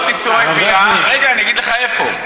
הלכות איסורי ביאה, רגע, אני אגיד לך איפה.